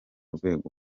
rwego